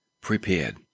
prepared